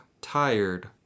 Tired